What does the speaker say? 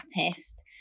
artist